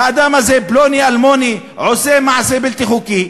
האדם הזה, פלוני אלמוני, עושה מעשה בלתי חוקי,